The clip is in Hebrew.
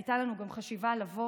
הייתה לנו גם חשיבה לבוא